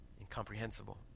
incomprehensible